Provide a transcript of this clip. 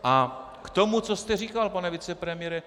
A k tomu, co jste říkal, pane vicepremiére.